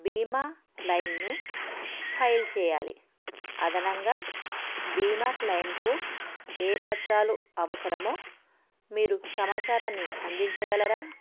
బీమా క్లెయిమ్ను ఫైల్ చేయాలి అదనంగా బీమా క్లెయిమ్కు ఏ పత్రాలు అవసరమో మీరు సమాచారాన్ని అందించగలరా